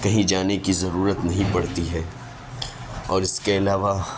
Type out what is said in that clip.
کہیں جانے کی ضرورت نہیں پڑتی ہے اور اس کے علاوہ